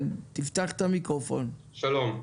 שלום,